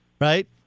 right